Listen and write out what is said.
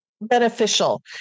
Beneficial